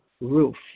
roof